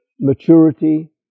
maturity